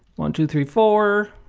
one, two, three, four,